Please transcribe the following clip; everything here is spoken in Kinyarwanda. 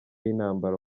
y’intambara